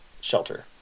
shelter